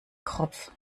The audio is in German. kropf